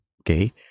okay